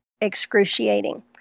excruciating